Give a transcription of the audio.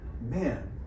Man